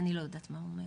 אני לא יודעת מה הוא אומר.